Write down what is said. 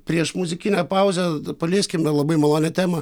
prieš muzikinę pauzę palieskime labai malonią temą